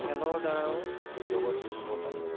খেলৰ দ্বাৰাও জগত জিনিব পাৰি